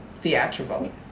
theatrical